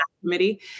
committee